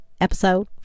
episode